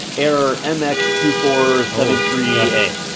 error m x two four seven three a?